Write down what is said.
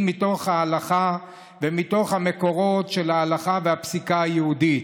מתוך ההלכה ומתוך המקורות של ההלכה והפסיקה היהודית.